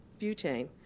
butane